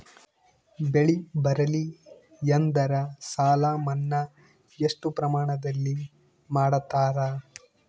ಬೆಳಿ ಬರಲ್ಲಿ ಎಂದರ ಸಾಲ ಮನ್ನಾ ಎಷ್ಟು ಪ್ರಮಾಣದಲ್ಲಿ ಮಾಡತಾರ?